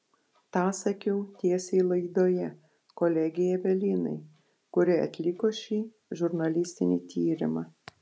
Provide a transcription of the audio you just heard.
tą sakiau tiesiai laidoje kolegei evelinai kuri atliko šį žurnalistinį tyrimą